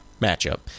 matchup